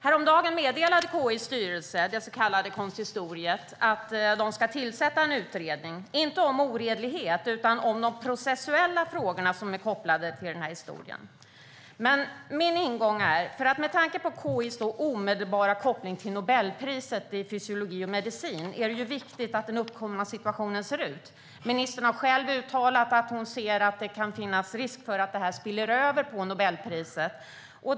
Häromdagen meddelade KI:s styrelse, det så kallade konsistoriet, att de ska tillsätta en utredning, men inte om oredlighet utan om de processuella frågor som är kopplade till historien. Med tanke på KI:s omedelbara koppling till Nobelpriset i fysiologi och medicin är det viktigt att se på hur den uppkomna situationen ser ut. Ministern har själv uttalat att hon ser att det kan finnas risk för att detta spiller över på Nobelpriset.